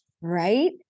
right